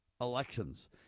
elections